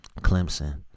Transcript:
Clemson